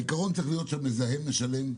העיקרון צריך להיות המזהם משלם,